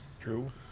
true